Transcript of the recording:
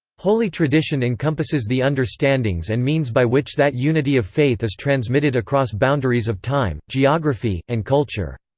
holy tradition encompasses the understandings and means by which that unity of faith is transmitted across boundaries of time, geography, and culture.